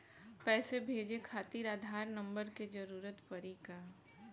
पैसे भेजे खातिर आधार नंबर के जरूरत पड़ी का?